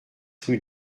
rue